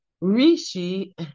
Rishi